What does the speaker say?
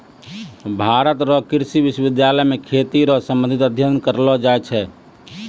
भारत रो कृषि विश्वबिद्यालय मे खेती रो संबंधित अध्ययन करलो जाय छै